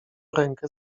rękę